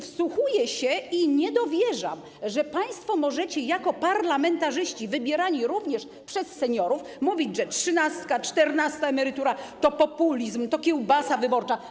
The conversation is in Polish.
Wsłuchuję się i nie dowierzam, że państwo możecie jako parlamentarzyści, wybierani przecież również przez seniorów, mówić, że trzynasta, czternasta emerytura to populizm, to kiełbasa wyborcza.